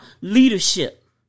leadership